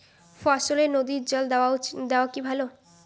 ফসলে নদীর জল দেওয়া কি ভাল?